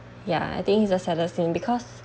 ya I think it's the saddest scene because